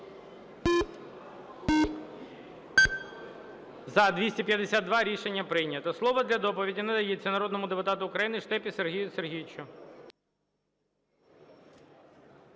За-252 Рішення прийнято. Слово для доповіді надається народному депутату України Штепі Сергію Сергійовичу.